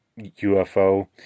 UFO